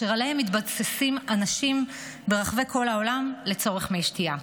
שעליהם מתבססים אנשים בכל רחבי העולם לצורך מי שתייה.